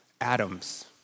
atoms